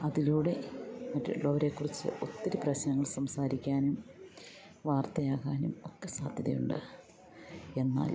അതിലൂടെ മറ്റുള്ളവരെ കുറിച്ച് ഒത്തിരി പ്രശ്നങ്ങൾ സംസാരിക്കാനും വാർത്തയാകാനും ഒക്കെ സാധ്യതയുണ്ട് എന്നാൽ